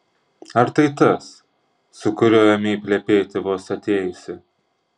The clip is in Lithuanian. ar tai tas su kuriuo ėmei plepėti vos atėjusi